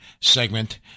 segment